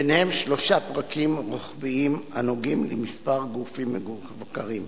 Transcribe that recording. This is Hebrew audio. וביניהם שלושה פרקים רוחביים הנוגעים לכמה גופים מבוקרים: